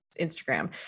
Instagram